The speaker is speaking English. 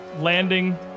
Landing